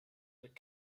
would